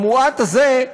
המועט הזה,